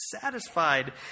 satisfied